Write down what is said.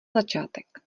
začátek